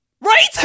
Right